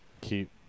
Keep